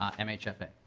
ah mhfa.